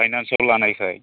फाइनान्साव लानायखाय